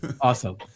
Awesome